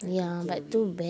I need to get away